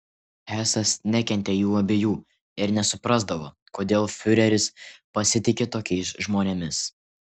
hesas nekentė jų abiejų ir nesuprasdavo kodėl fiureris pasitiki tokiais žmonėmis